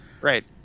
right